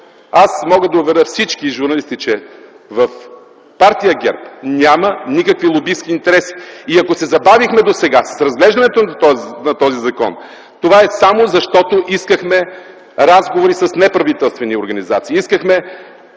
Аз мога да уверя всички журналисти, че в партия ГЕРБ няма никакви лобистки интереси. И ако се забавихме досега с разглеждането на този закон, това е само защото искахме разговори с неправителствени организации,